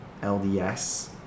LDS